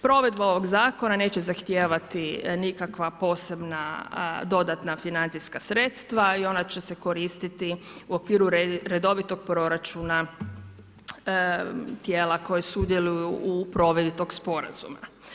Provedba ovog zakona neće zahtijevati nikakva posebna dodatna financijska sredstva i on će se koristiti u okviru redovitog proračuna tijela koja sudjeluju u provedbi toga sporazuma.